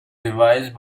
devised